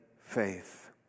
faith